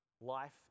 Life